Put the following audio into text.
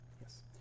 Yes